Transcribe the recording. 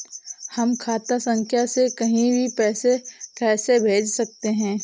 हम खाता संख्या से कहीं भी पैसे कैसे भेज सकते हैं?